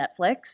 Netflix